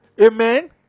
Amen